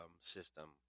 system